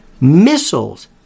missiles